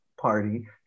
party